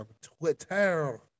Twitter